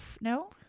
No